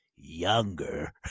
younger